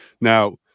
Now